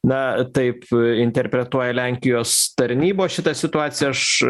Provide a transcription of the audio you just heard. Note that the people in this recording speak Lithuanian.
na taip interpretuoja lenkijos tarnybos šitą situaciją aš